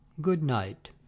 good-night